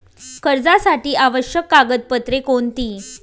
कर्जासाठी आवश्यक कागदपत्रे कोणती?